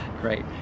Great